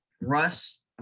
Russ